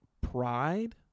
pride